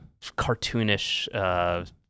cartoonish